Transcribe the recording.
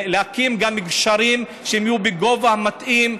להקים בהם גם גשרים שיהיו בגובה מתאים,